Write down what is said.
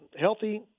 healthy